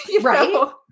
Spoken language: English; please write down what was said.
Right